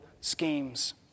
schemes